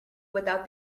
without